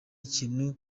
ikintu